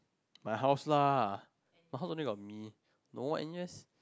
my house lah my house only got no N U_S